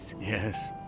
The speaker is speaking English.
Yes